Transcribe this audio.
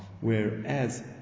Whereas